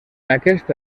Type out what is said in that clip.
aquesta